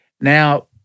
now